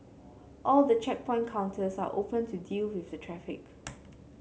all the checkpoint counters are open to deal with the traffic